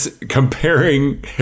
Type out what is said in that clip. comparing